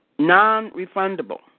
non-refundable